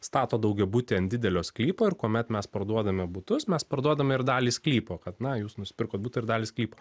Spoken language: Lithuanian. stato daugiabutį ant didelio sklypo ir kuomet mes parduodame butus mes parduodame ir dalį sklypo kad na jūs nusipirkot butą ir dalį sklypo